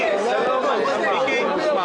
מי מסביר?